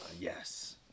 Yes